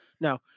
Now